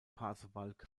pasewalk